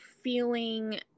feeling